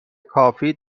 کافی